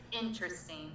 Interesting